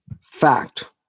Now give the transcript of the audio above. fact